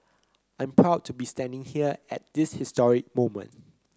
I'm proud to be standing here at this historic moment